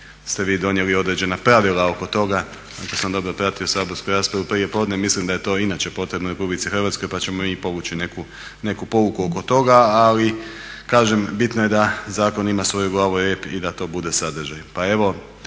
ste vi donijeli određena pravila oko toga ako sam dobro pratio saborsku raspravu prije podne mislim da je to i inače potrebno RH pa ćemo mi povući neku pouku oko toga. Ali kažem bitno je da zakon ima svoju glavu i rep i da to bude sadržaj.